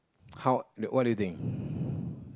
how what do you think